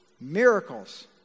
Miracles